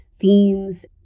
themes